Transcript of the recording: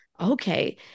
okay